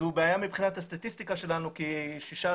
זו בעיה מבחינת הסטטיסטיקה שלנו כי 16%